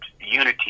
Unity